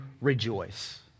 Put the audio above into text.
rejoice